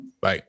Bye